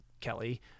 Kelly